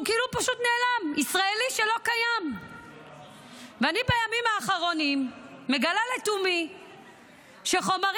אבל אחרי הפרסומים של הימים האחרונים אני ממש מתקשה להאמין